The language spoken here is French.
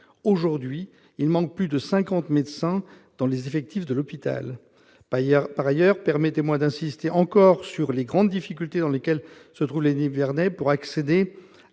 Aujourd'hui, il manque plus de cinquante médecins dans les effectifs de l'hôpital. Par ailleurs, permettez-moi d'insister encore sur les grandes difficultés dans lesquelles se trouvent les Nivernais pour accéder